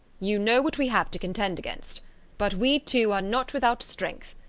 you know what we have to contend against but we, too, are not without strength.